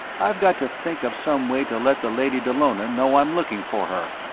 i've got to think of some way to let the lady dallona know i'm looking for her.